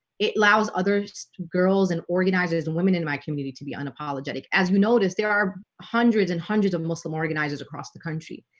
it allows other girls and organizers and women in my community to be unapologetic as we notice there are hundreds and hundreds of muslim organizers across the country,